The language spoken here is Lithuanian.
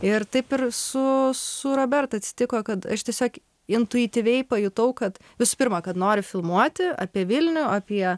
ir taip ir su su roberta atsitiko kad aš tiesiog intuityviai pajutau kad visų pirma kad noriu filmuoti apie vilnių apie